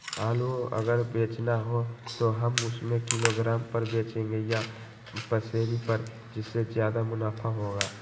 आलू अगर बेचना हो तो हम उससे किलोग्राम पर बचेंगे या पसेरी पर जिससे ज्यादा मुनाफा होगा?